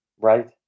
Right